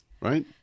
right